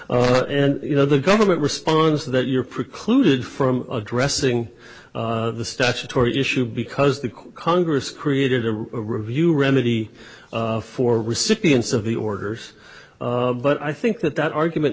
and you know the government responds that you're precluded from addressing the statutory issue because the congress created a review remedy for recipients of the orders but i think that that argument